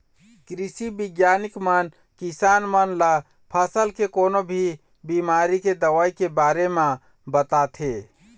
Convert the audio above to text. कृषि बिग्यानिक मन किसान मन ल फसल के कोनो भी बिमारी के दवई के बारे म बताथे